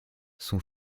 son